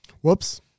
Whoops